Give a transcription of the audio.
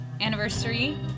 anniversary